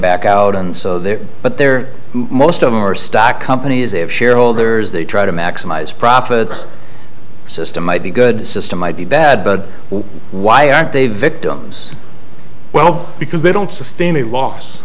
back out and so they're but they're most of them are stock companies if shareholders they try to maximize profits system might be good system might be bad but why aren't they victims well because they don't s